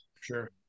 Sure